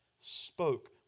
Spoke